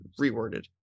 reworded